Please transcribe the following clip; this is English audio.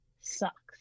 sucks